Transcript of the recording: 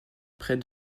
près